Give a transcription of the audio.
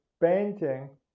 painting